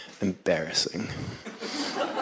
embarrassing